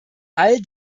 all